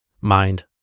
Mind